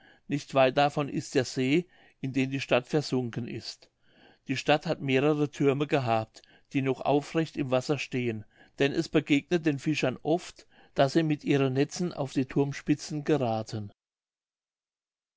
nicht weit davon ist der see in den die stadt versunken ist die stadt hat mehrere thürme gehabt die noch aufrecht im wasser stehen denn es begegnet den fischern oft daß sie mit ihren netzen auf die thurmspitzen gerathen